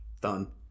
Done